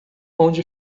onde